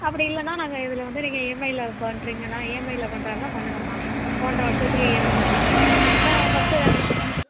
அப்படி இல்லைனா நாங்கள் இதில் வந்து நீங்கள் இஎம்ஐயில பண்ணுறீங்கன்னா இஎம்ஐயில பண்றதாக இருந்தால் பண்ணுங்கம்மா ஒன்றை வருஷத்துக்கு இஎம்ஐ கட்டுங்கள் ஃபர்ஸ்ட்டு ரெண்டு மாசம்